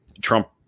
Trump